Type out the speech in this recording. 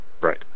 right